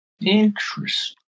interesting